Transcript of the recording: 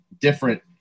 different